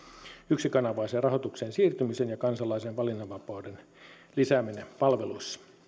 yksikanavaiseen rahoitukseen siirtyminen ja kansalaisen valinnanvapauden lisääminen palveluissa